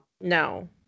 No